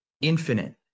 infinite